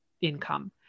income